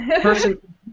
Person